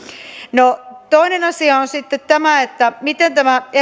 no toinen asia on sitten miten tämä